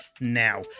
now